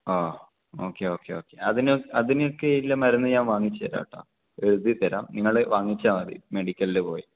ഓ okay okay okay അതിനൊക്കെ അതിനൊക്കെയുള്ള മരുന്ന് ഞാൻ വാങ്ങിച്ചു തരാം കേട്ടോ എഴുതിത്തരാം നിങ്ങൾ വാങ്ങിച്ചാൽ മതി മെഡിക്കലിൽ പോയി